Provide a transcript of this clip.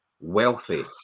Wealthy